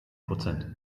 prozent